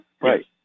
Right